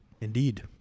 Indeed